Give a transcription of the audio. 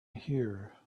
here